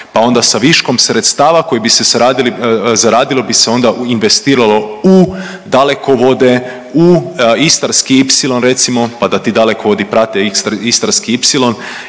pa onda sa viškom sredstava koji bi se zaradili, bi se onda investiralo u dalekovode, u Istarski ipsilon, recimo, pa da ti dalekovodi prate Istarski